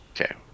Okay